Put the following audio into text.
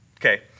Okay